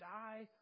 die